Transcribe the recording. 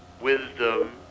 wisdom